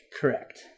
Correct